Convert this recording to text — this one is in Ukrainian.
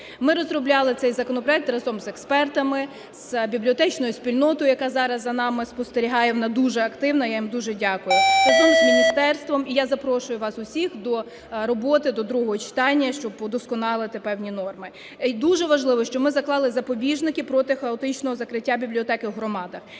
Ми розробляли цей законопроект разом з експертами, з бібліотечною спільнотою, яка зараз за нами спостерігає, вона дуже активна, я їм дуже дякую, разом з міністерством. І я запрошую вас усіх до роботи до другого читання, щоб удосконалити певні норми. Дуже важливо, що ми заклали запобіжники проти хаотичного закриття бібліотек в громадах.